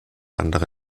andere